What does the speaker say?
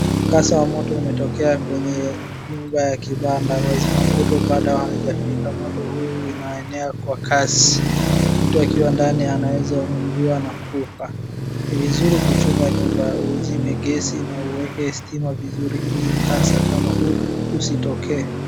Mkasa wa moto umetokea kwenye nyumba ya kibanda. Wazima moto bado hawajafika. Moto huu unaenea kwa kasi. Mtu akiwa ndani anaweza ungua na kufa. Ni vizuri kuchunga nyumba. Uzime gesi na uweke stima vizuri ili mkasa kama huu usitokee.